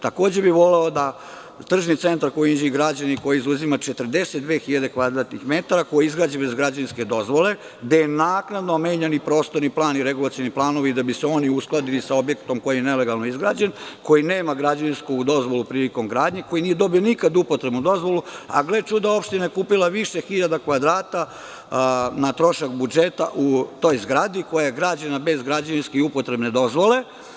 Takođe bih voleo da tržni centar koji je građen u Inđiji i koji zauzima 42 hiljade kvadratnih metara, koji je izgrađen bez građevinske dozvole, gde su naknadno menjani i prostorni plan i regulacioni planovi da bi se oni uskladili sa objektom koji je nelegalno izgrađen, koji nema građevinsku dozvolu prilikom gradnje, koji nije dobio nikad upotrebnu dozvolu, a gle čuda, opština je kupila više hiljada kvadrata na trošak budžeta u toj zgradi koja je građena bez građevinske i upotrebne dozvole.